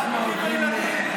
פוגעים בילדים.